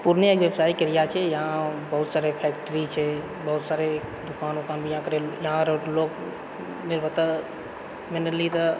पूर्णिया व्यावसायिक एरिया छै यहाँ बहुत सारे फैक्ट्री छै बहुत सारे दुकान भी यहाँके लोग निर्भरता जेनरली तऽ